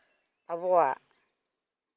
ᱟᱵᱚᱣᱟᱜ